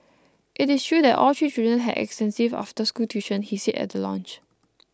it is true that all three children had extensive after school tuition he said at the launch